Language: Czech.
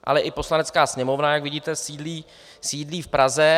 Ale i Poslanecká sněmovna, jak vidíte, sídlí v Praze.